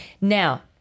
Now